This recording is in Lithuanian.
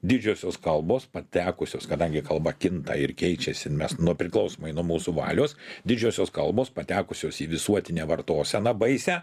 didžiosios kalbos patekusios kadangi kalba kinta ir keičiasi mes nuo priklausomai nuo mūsų valios didžiosios kalbos patekusios į visuotinę vartoseną baisią